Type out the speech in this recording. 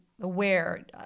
aware